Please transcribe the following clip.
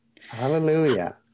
Hallelujah